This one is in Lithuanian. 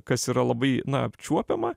kas yra labai na apčiuopiama